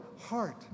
heart